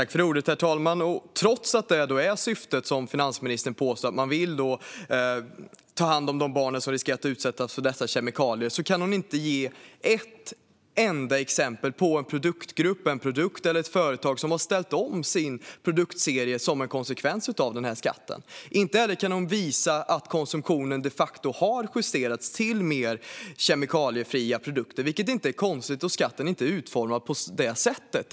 Herr talman! Trots att finansministern hävdar att syftet är att ta hand om de barn som riskerar att utsättas för dessa kemikalier kan hon inte ge ett enda exempel på en produktgrupp, en produkt eller ett företag som har ställt om sin produktserie som en konsekvens av skatten. Inte heller kan hon visa att konsumtionen de facto har justerats till mer kemikaliefria produkter, vilket inte är konstigt eftersom skatten inte är utformad på det sättet.